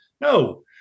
No